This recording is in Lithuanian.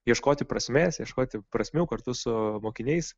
ieškoti prasmės ieškoti prasmių kartu su mokiniais